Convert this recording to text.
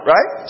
Right